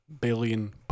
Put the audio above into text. billion